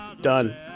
Done